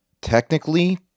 technically